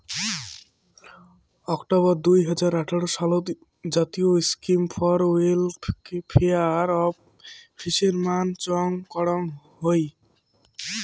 October দুই হাজার আঠারো সালত জাতীয় scheme for welfare of fishermen চং করং হই